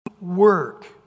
work